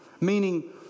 meaning